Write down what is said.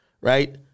right